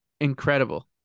Incredible